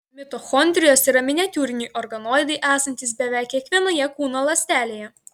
mitochondrijos yra miniatiūriniai organoidai esantys beveik kiekvienoje kūno ląstelėje